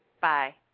Bye